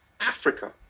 Africa